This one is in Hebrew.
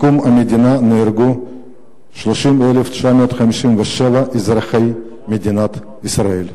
מקום המדינה נהרגו 30,957 אזרחי מדינת ישראל.